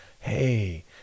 hey